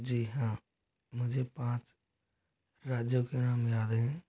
जी हाँ मुझे पाँच राज्यों के नाम याद हैं